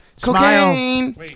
Cocaine